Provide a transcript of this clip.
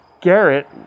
Garrett